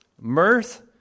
mirth